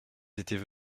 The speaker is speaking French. étaient